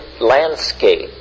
landscape